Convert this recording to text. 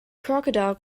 crocodile